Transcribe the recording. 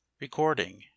Recording